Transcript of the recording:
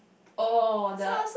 oh the